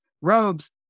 robes